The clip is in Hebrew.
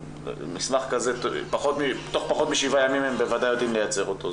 מסמך כזה תוך פחות משבעה ימים הם בוודאי יודעים לייצר אותו.